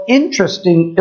interesting